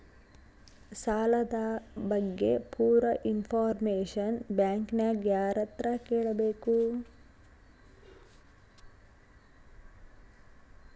ಸಾಲದ ಬಗ್ಗೆ ಪೂರ ಇಂಫಾರ್ಮೇಷನ ಬ್ಯಾಂಕಿನ್ಯಾಗ ಯಾರತ್ರ ಕೇಳಬೇಕು?